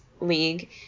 League